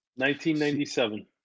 1997